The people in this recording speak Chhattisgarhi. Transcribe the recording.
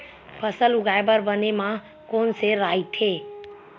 फसल उगाये बर बने माह कोन से राइथे?